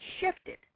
shifted